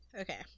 Okay